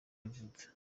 yavutse